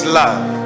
love